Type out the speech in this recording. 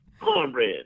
Cornbread